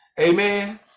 amen